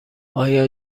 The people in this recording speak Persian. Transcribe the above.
آیا